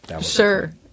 Sure